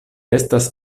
estas